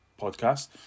podcast